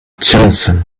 johnson